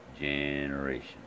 generation